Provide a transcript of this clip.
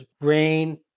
rain